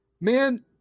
Man